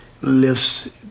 lifts